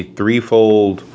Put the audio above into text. threefold